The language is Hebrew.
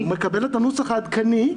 הוא מקבל את הנוסח העדכני.